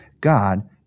God